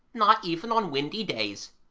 not even on windy days.